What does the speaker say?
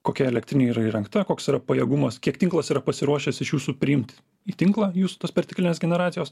kokia elektrinė yra įrengta koks yra pajėgumas kiek tinklas yra pasiruošęs iš jūsų priimt į tinklą jūsų tos perteklinės generacijos